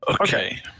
Okay